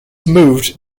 moved